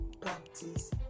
practice